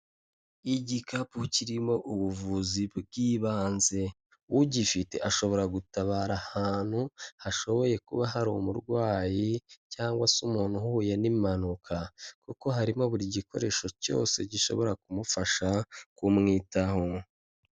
Igikapu kirimo ubuvuzi bw'ibanze, ugifite ashobora gutabara ahantu hashoboye kuba hari umurwayi cyangwa se umuntu uhuye n'impanuka kuko harimo buri gikoresho cyose gishobora kumufasha kumwitaho.